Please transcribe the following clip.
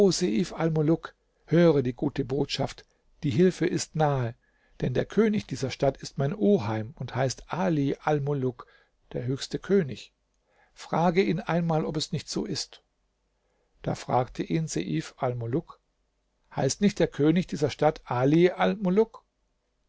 höre die gute botschaft die hilfe ist nahe denn der könig dieser stadt ist mein oheim und heißt ali almuluk der höchste könig frage ihn einmal ob es nicht so ist da fragte ihn seif almuluk heißt nicht der könig dieser stadt ali